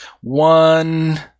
one